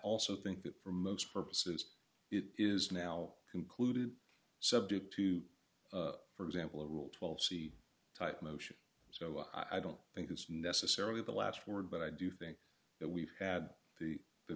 also think that for most purposes it is now concluded subject to for example a rule twelve c type motion so i don't think it's necessarily the last word but i do think that we've had the